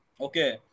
Okay